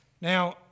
Now